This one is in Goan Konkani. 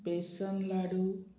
बेसन लाडू